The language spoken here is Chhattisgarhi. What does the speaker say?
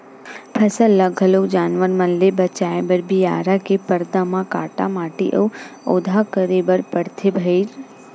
फसल ल घलोक जानवर मन ले बचाए बर बियारा के परदा म काटा माटी अउ ओधा करे बर परथे भइर